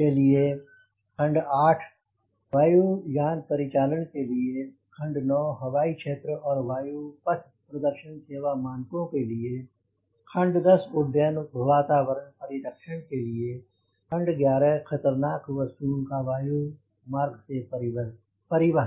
के लिए खंड 8 वायु यानपरिचालन के लिए खंड 9 हवाई क्षेत्र और वायु पथ प्रदर्शन सेवा मानकों के लिए खंड 10 उड्डयन वातावरण परिरक्षण के लिए खंड 11 खतरनाक वस्तुओं का वायु मार्ग से परिवहन